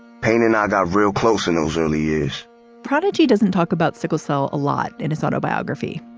pain and i got real close in those early years prodigy doesn't talk about sickle cell a lot in his autobiography,